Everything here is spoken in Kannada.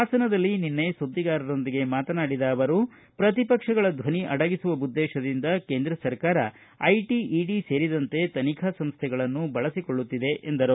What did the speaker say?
ಪಾಸನದಲ್ಲಿ ನಿನ್ನೆ ಸುದ್ವಿಗಾರರೊಂದಿಗೆ ಮಾತನಾಡಿದ ಅವರು ವಿಪಕ್ಷಗಳ ದ್ವನಿ ಅಡಗಿಸುವ ಉದ್ದೇಶದಿಂದ ಕೇಂದ್ರ ಸರ್ಕಾರ ಐಟೆ ಇಡಿ ಸೇರಿದಂತೆ ತನಿಖಾ ಸಂಸ್ಟೆಗಳನ್ನು ಬಳಸಿಕೊಳ್ಳುತ್ತಿದೆ ಎಂದರು